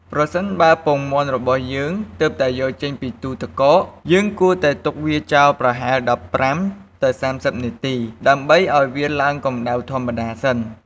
ប្រសិនបើពងមាន់របស់យើងទើបតែយកចេញពីទូទឹកកក យើងគួរតែទុកវាចោលប្រហែល ១៥ ទៅ ៣០នាទី ដើម្បីឱ្យវាឡើងកម្តៅធម្មតាសិន។